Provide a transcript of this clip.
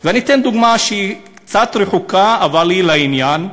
אני אתן דוגמה שהיא קצת רחוקה אבל היא לעניין,